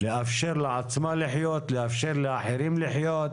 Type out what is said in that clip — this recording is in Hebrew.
לאפשר לעצמה לחיות, לאפשר לאחרים לחיות.